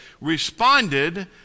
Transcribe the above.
responded